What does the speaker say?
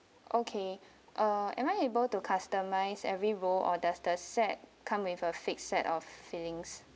okay uh am I able to customize every roll or does the set come with a fixed set of filings